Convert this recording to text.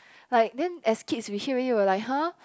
like then as kids we hear already will like !huh!